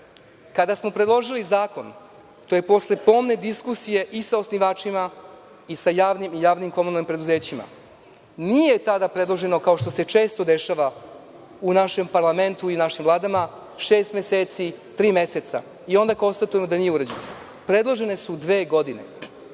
Kada smo predložili zakon, to je posle pomne diskusije i sa osnivačima i sa javnim i javnim komunalnim preduzećima, nije tada predloženo, kao što se često dešava u našem parlamentu i u našim vladama, šest meseci, tri meseca i onda konstatujemo da nije urađeno, već su predložene dve godine.